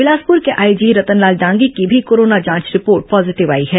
बिलासपुर के आईजी रतनलाल डांगी की भी कोरोना जांच रिपोर्ट पॉजीटिव आई है